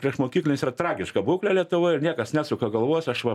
priešmokyklinės yra tragiška būklė lietuvoj ir niekas nesuka galvos aš va